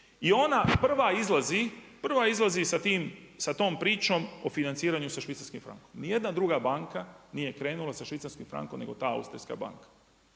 prva izlazi sa tom pričom o financiranju za švicarskim frankom. Ni jedna druga banka nije krenula sa švicarskim frankom nego ta austrijska banka